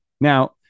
Now